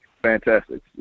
Fantastic